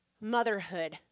motherhood